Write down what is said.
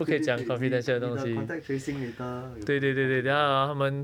对对对你你的 contact tracing later 有 con~ confidential